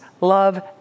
love